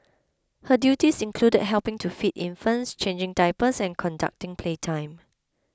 her duties included helping to feed infants changing diapers and conducting playtime